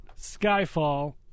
Skyfall